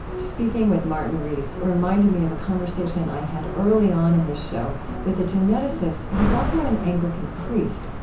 speaking with martin rees reminded me of a conversation i had early on in this show with a geneticist who's also an anglican priest,